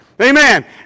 Amen